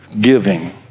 giving